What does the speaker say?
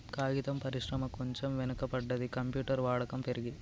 కాగితం పరిశ్రమ కొంచెం వెనక పడ్డది, కంప్యూటర్ వాడకం పెరిగి